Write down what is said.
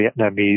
Vietnamese